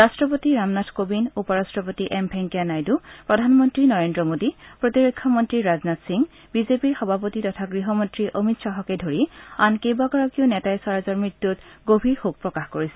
ৰাষ্টপতি ৰামনাথ কোবিন্দ উপ ৰাষ্টপতি এম ভেংকায়া নাইডু প্ৰধানমন্ত্ৰী নৰেন্দ্ৰ মোদী প্ৰতিৰক্ষা মন্ত্ৰী ৰাজনাথ সিং বিজেপিৰ সভাপতি তথা গৃহমন্ত্ৰী অমিত শ্বাহকে ধৰি আন কেইবাগৰাকীও নেতাই স্বৰাজৰ মৃত্যুত গভীৰ শোক প্ৰকাশ কৰিছে